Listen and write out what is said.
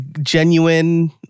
genuine